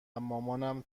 مامان